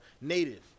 native